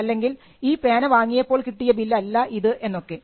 അല്ലെങ്കിൽ ഈ പേന വാങ്ങിയപ്പോൾ കിട്ടിയ ബില്ലല്ല ഇത് എന്നൊക്കെ